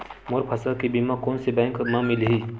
मोर फसल के बीमा कोन से बैंक म मिलही?